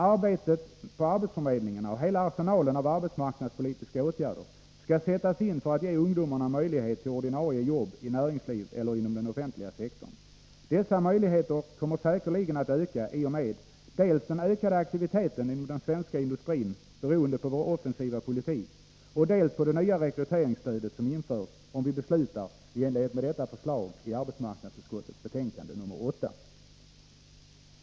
Arbetet på arbetsförmedlingarna och hela arsenalen av arbetsmarknadspolitiska åtgärder skall sättas in för att ge ungdomarna möjlighet till ordinarie jobb i näringslivet eller inom den offentliga sektorn. Dessa möjligheter kommer säkerligen att öka i och med dels den ökade aktiviteten inom den svenska industrin beroende på vår offensiva politik, dels det nya rekryteringsstöd som införs, om vi i dag beslutar enligt detta förslag i arbetsmarknadsutskottets betänkande nr 8.